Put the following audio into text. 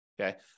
okay